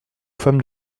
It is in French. femmes